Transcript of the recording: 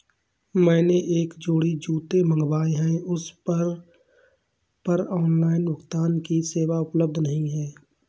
मैंने एक जोड़ी जूते मँगवाये हैं पर उस पर ऑनलाइन भुगतान की सेवा उपलब्ध नहीं है